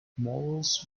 morals